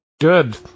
Good